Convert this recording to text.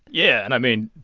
yeah. and, i mean,